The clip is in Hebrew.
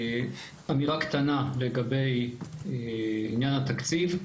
אמירה קטנה לגבי עניין התקציב,